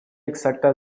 exacta